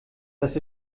das